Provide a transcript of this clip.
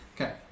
Okay